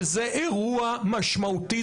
וזה אירוע משמעותי,